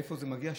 מאיפה זה מגיע?